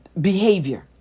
behavior